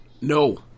No